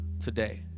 today